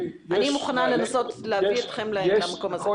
אני מוכנה לנסות להביא אתכם למקום הזה.